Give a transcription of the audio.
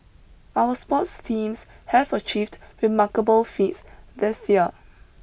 our sports teams have achieved remarkable feats this year